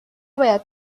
باید